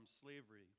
slavery